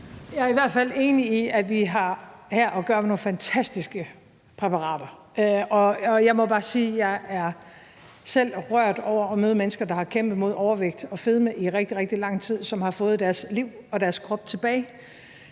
Jeg er i hvert fald enig i, at vi har her at gøre med nogle fantastiske præparater, og jeg må bare sige, at jeg er selv rørt over at møde mennesker, der har kæmpet mod overvægt og fedme i rigtig, rigtig lang tid, og som har fået deres liv og deres krop tilbage